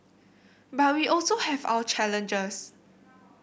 but we also have our challenges